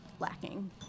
Lacking